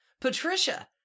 patricia